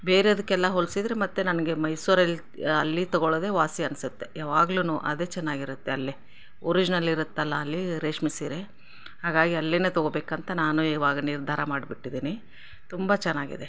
ಬೇರೆದಕ್ಕೆಲ್ಲ ಹೋಲಿಸಿದ್ರೆ ಮತ್ತು ನನಗೆ ಮೈಸೂರಲ್ಲಿ ಅಲ್ಲಿ ತಗೊಳೋದೇ ವಾಸಿ ಅನ್ಸುತ್ತೆ ಯವಾಗ್ಲೂ ಅದೇ ಚೆನ್ನಾಗಿರುತ್ತೆ ಅಲ್ಲಿ ಒರಿಜ್ನಲ್ ಇರುತ್ತಲ್ಲ ಅಲ್ಲಿ ರೇಷ್ಮೆ ಸೀರೆ ಹಾಗಾಗಿ ಅಲ್ಲಿಯೇ ತಗೊಬೇಕಂತ ನಾನು ಇವಾಗ ನಿರ್ಧಾರ ಮಾಡಿಬಿಟ್ಟಿದ್ದೀನಿ ತುಂಬ ಚೆನ್ನಾಗಿದೆ